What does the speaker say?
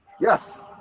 Yes